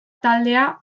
taldea